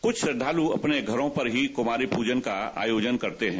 कुछ श्रद्दालु अपने घरों पर ही कुमारी पूजा का आयोजन करते हैं